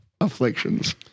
afflictions